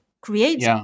creates